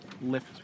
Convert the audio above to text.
lift